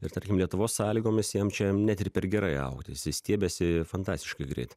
ir tarkim lietuvos sąlygomis jam čia net ir per gerai augti jisai stiebiasi fantastiškai greit